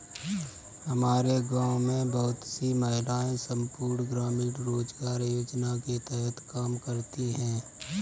हमारे गांव में बहुत सी महिलाएं संपूर्ण ग्रामीण रोजगार योजना के तहत काम करती हैं